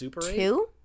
two